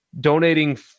donating